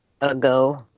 ago